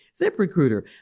ZipRecruiter